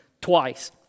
twice